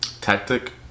tactic